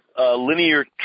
linear